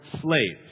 slaves